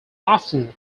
often